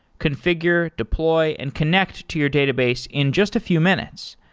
confi gure, deploy and connect to your database in just a few minutes.